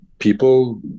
people